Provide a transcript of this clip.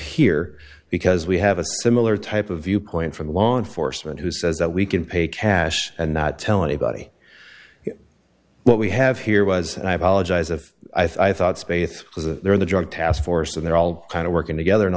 here because we have a similar type of viewpoint from law enforcement who says that we can pay cash and not tell anybody what we have here was and i apologize if i thought space was there the joint task force and they're all kind of working together in a